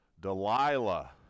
Delilah